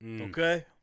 Okay